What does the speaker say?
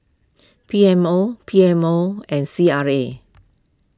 P M O P M O and C R A